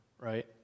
right